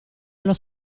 allo